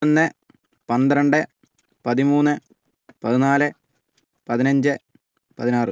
ഒന്ന് പന്ത്രണ്ട് പതിമൂന്ന് പതിനാല് പതിനഞ്ച് പതിനാറ്